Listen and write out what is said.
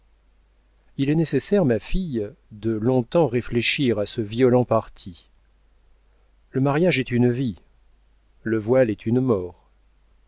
il est nécessaire ma fille de long-temps réfléchir à ce violent parti le mariage est une vie le voile est une mort